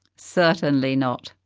certainly not!